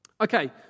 Okay